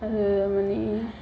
आरो माने